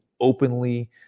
openly